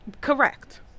Correct